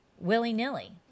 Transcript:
willy-nilly